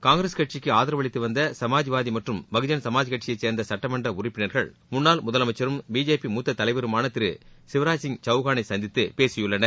காங்கிரஸ் கட்சிக்கு ஆதரவளித்து வந்த சமாஜ்வாதி மற்றும் பகுஜன் சமாஜ்கட்சியைச்சேர்ந்த சட்டமன்ற உறுப்பினர்கள் முன்னாள் முதலமைச்சரும் பிஜேபி மூத்த தலைவருமான திரு சிவராஜ்சிங் சவுகானை சந்தித்து பேசியுள்ளனர்